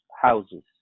houses